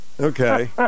Okay